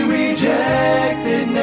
rejected